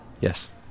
Yes